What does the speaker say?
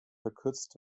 verkürzt